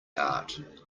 art